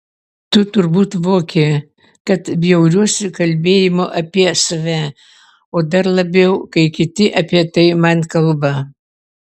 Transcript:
tu turbūt voki kad bjauriuosi kalbėjimu apie save o dar labiau kai kiti apie tai man kalba